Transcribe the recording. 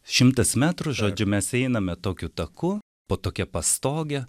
šimtas metrų žodžiu mes einame tokiu taku po tokia pastoge